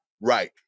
Right